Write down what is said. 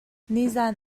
nizaan